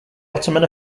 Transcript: ottoman